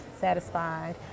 satisfied